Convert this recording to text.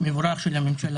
מבורך של הממשלה,